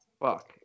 Fuck